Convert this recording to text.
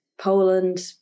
Poland